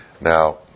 Now